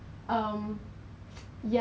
but then do you see like